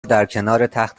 درکنارتخت